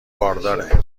بارداره